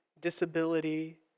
disability